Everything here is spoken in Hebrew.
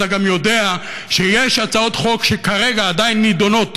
ואתה יודע שיש הצעות חוק שכרגע עדיין נדונות